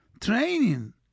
training